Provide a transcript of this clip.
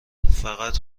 فقط